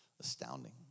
astounding